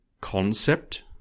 concept